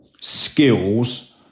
skills